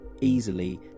easily